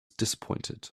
disappointed